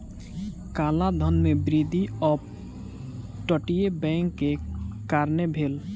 काला धन में वृद्धि अप तटीय बैंक के कारणें भेल